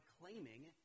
claiming